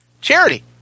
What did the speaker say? Charity